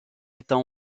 atteint